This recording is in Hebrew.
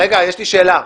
יש לי רק שאלה,